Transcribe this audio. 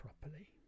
properly